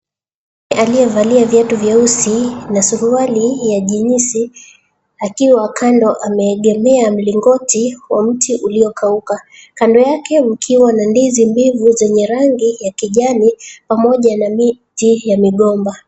Aliyevalia viatu vyeusi na suruali ya jinsi akiwa kando ameegemea mlingoti wa mti uliokauka. Kando yake mkiwa na ndizi mbivu zenye rangi ya kijani, pamoja na miti ya migomba.